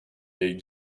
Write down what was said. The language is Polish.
jej